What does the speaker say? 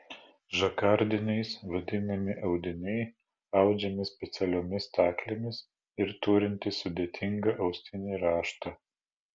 žakardiniais vadinami audiniai audžiami specialiomis staklėmis ir turintys sudėtingą austinį raštą